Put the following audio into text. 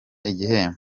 igihembo